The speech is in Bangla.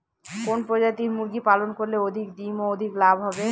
কোন প্রজাতির মুরগি পালন করলে অধিক ডিম ও অধিক লাভ হবে?